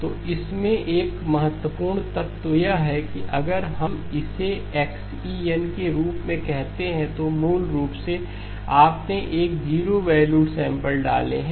तो इसमें एक महत्वपूर्ण तत्व यह है कि अगर हम इसे XEn के रूप में कहते हैं तो मूल रूप से आपने एक जीरो वैल्यूड सैंपल डाले हैं